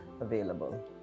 available